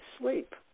sleep